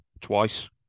twice